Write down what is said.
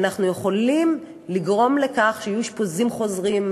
אנחנו יכולים לגרום לכך שיהיו אשפוזים חוזרים,